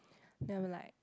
then they'll be like